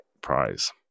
prize